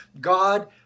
God